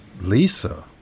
Lisa